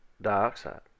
dioxide